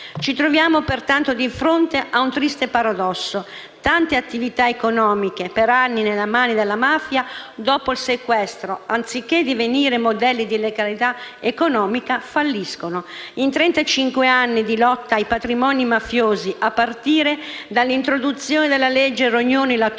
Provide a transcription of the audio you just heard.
Ci troviamo pertanto di fronte a un triste paradosso: tante attività economiche per anni nelle mani della mafia, dopo il sequestro, anziché divenire modelli di legalità economica, falliscono. In trentacinque anni di lotta ai patrimoni mafiosi, a partire dall'introduzione della legge Rognoni-La Torre,